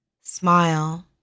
Smile